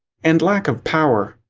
and lack of power.